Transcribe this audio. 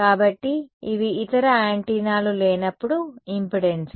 కాబట్టి ఇవి ఇతర యాంటెన్నాలు లేనప్పుడు ఇంపెడెన్స్లు